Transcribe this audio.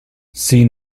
see